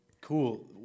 Cool